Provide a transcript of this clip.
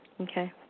Okay